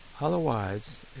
otherwise